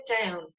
down